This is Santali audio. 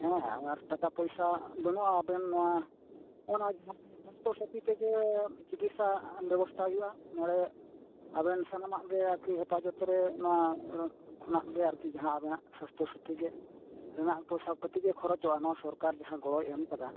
ᱦᱮᱸ ᱟᱨ ᱴᱟᱠᱟ ᱯᱚᱭᱥᱟ ᱵᱟᱹᱱᱩᱜᱼᱟ ᱟᱵᱮᱱ ᱱᱚᱣᱟ ᱚᱱᱟ ᱥᱟᱥᱛᱷᱚ ᱥᱟᱛᱷᱤ ᱛᱮᱜᱮ ᱪᱤᱠᱤᱛᱥᱟ ᱵᱮᱵᱚᱥᱛᱷᱟ ᱦᱩᱭᱩᱜᱼᱟ ᱱᱚᱰᱮ ᱟᱵᱮᱱ ᱥᱟᱱᱟᱢᱟ ᱜᱮ ᱟᱨᱠᱤ ᱡᱚᱛᱚ ᱨᱮ ᱱᱚᱣᱟ ᱠᱷᱚᱱᱟᱜᱮ ᱟᱨᱠᱤ ᱡᱟᱦᱟᱸ ᱟᱵᱮᱱᱟ ᱥᱟᱥᱛᱷ ᱥᱟᱛᱷᱤ ᱜᱮ ᱦᱮᱱᱟᱜ ᱯᱚᱭᱥᱟᱯᱟᱛᱤ ᱜᱮ ᱠᱷᱚᱨᱚᱪᱚᱜᱼᱟ ᱚᱱᱟ ᱥᱚᱨᱠᱟᱨ ᱡᱟᱦᱟᱸ ᱜᱚᱲᱚᱭ ᱮᱢᱟᱠᱟᱫᱟ